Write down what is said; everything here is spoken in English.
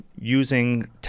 using